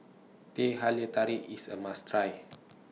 Teh Halia Tarik IS A must Try